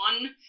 one